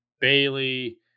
Bailey